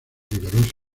vigoroso